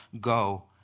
go